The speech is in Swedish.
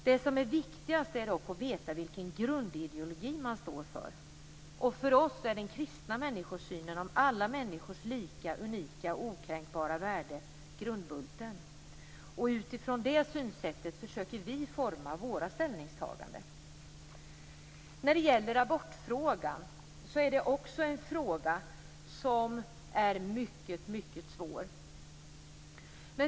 Det viktigaste är att veta vilken grundideologi man står för. För oss är den kristna människosynen om alla människors lika, unika och okränkbara värde grundbulten. Utifrån det synsättet försöker vi forma våra ställningstaganden. Abortfrågan är också en svår fråga.